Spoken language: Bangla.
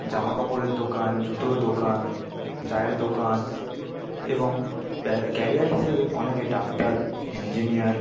জামা কাপড়ের দোকান জুতোর দোকান চায়ের দোকান এবং ক্যারিয়ার হিসেবে অনেকে ডাক্তার ইঞ্জিনিয়ার